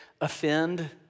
offend